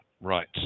Right